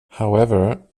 however